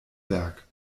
werk